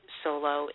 solo